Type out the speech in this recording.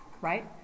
right